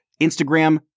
Instagram